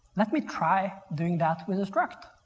let me try doing that with a struct.